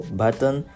button